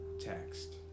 text